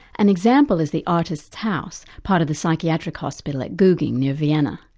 an example is the artists' house, part of the psychiatric hospital at gugging near vienna.